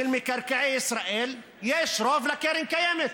מקרקעי ישראל יש רוב לקרן קיימת,